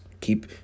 keep